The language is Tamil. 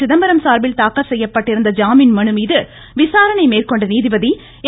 சிதம்பரம் சார்பில் தாக்கல் செய்யப்பட்டிருந்த ஜாமீன் மனு விசாரணை மேற்கொண்ட நீதிபதி ஏ